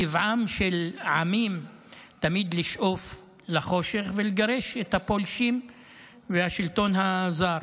טבעם של עמים הוא לשאוף לאור ולגרש את הפולשים והשלטון הזר.